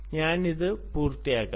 ഞാൻ ഇത് പൂർത്തിയാക്കട്ടെ